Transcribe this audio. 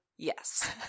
Yes